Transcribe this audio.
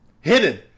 Hidden